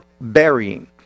burying